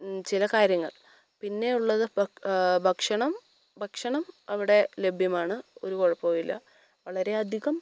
ചില കാര്യങ്ങൾ പിന്നെ ഉള്ളത് ഇപ്പോൾ ഭക്ഷണം ഭക്ഷണം അവിടെ ലഭ്യമാണ് ഒരു കുഴപ്പവും ഇല്ല വളരെ അധികം